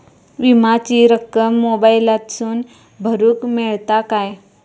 विमाची रक्कम मोबाईलातसून भरुक मेळता काय?